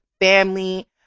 family